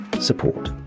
support